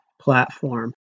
platform